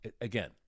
again